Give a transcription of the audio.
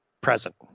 present